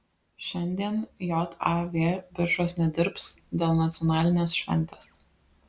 šiandien jav biržos nedirbs dėl nacionalinės šventės